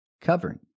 covering